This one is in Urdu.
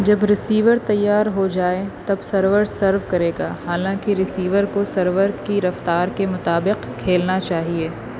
جب رسیور تیار ہو جائے تب سرور سرو کرے گا حالاں کہ رسیور کو سرور کی رفتار کے مطابق کھیلنا چاہیے